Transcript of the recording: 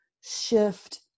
shift